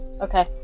Okay